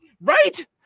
Right